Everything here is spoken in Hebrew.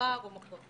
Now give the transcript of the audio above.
מחר או מחרתיים,